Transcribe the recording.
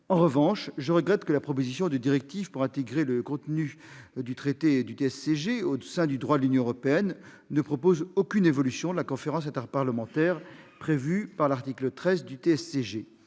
En revanche, je regrette que la proposition de directive pour intégrer le contenu du TSCG au sein du droit de l'Union ne contienne aucune évolution de la conférence interparlementaire prévue par l'article 13 de ce